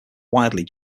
widely